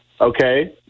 Okay